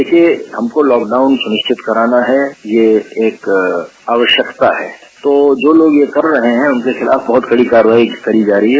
देखिये हमको लॉकडाउन सुनिश्चित कराना है यह एक आवश्यक है तो जो लोग यह कर रहे है उनके खिलाफ बहुत कड़ी कार्रवाई करी जा रही है